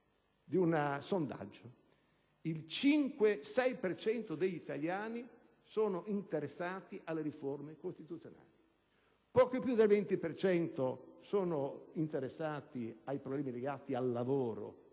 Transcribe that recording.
cento degli italiani è interessato alle riforme costituzionali, poco più del 20 per cento è interessato ai problemi legati al lavoro